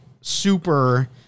super